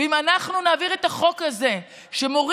אם אנחנו נעביר את החוק הזה שמורים,